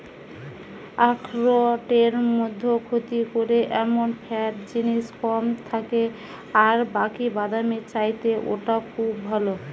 আখরোটের মধ্যে ক্ষতি করে এমন ফ্যাট জিনিস কম থাকে আর বাকি বাদামের চাইতে ওটা খুব ভালো